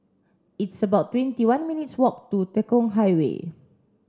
it's about twenty one minutes' walk to Tekong Highway